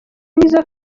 nizo